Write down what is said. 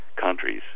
countries